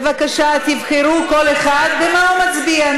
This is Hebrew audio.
בבקשה, תבחרו כל אחד במה הוא מצביע.